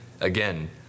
Again